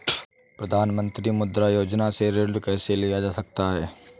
प्रधानमंत्री मुद्रा योजना से ऋण कैसे लिया जा सकता है?